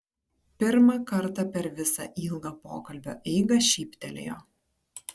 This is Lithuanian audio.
pirmą kartą per visą ilgą pokalbio eigą šyptelėjo